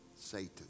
Satan